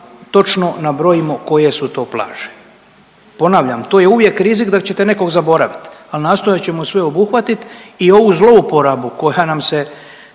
točno nabrojimo koje su to plaže. Ponavljam to je uvijek rizik da ćete nekog zaboravit, ali nastojat ćemo sve obuhvatit i ovu zlouporabu koja nam se